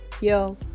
Yo